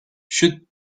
shoot